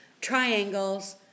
triangles